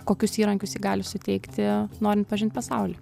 kokius įrankius ji gali suteikti norint pažint pasaulį